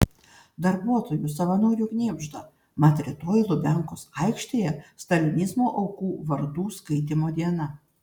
darbuotojų savanorių knibžda mat rytoj lubiankos aikštėje stalinizmo aukų vardų skaitymo diena